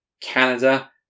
Canada